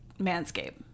manscape